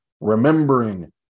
remembering